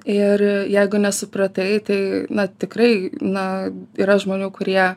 ir jeigu nesupratai tai na tikrai na yra žmonių kurie